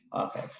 Okay